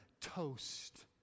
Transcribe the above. toast